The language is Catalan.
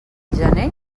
gener